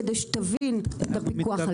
כדי שתבין את הפיקוח על זה.